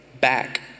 back